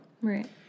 Right